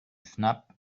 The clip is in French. fnap